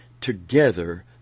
Together